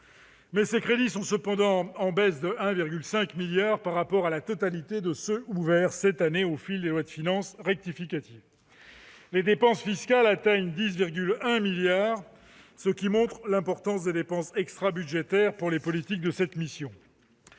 mais ces crédits restent en baisse de 1,5 milliard d'euros par rapport à la totalité de ceux ouverts cette année, au fil des lois de finances rectificatives. Les dépenses fiscales atteignent 10,1 milliards d'euros, ce qui montre l'importance des dépenses extrabudgétaires pour les politiques de cette mission.